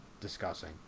discussing